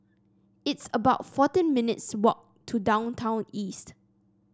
it's about fourteen minutes' walk to Downtown East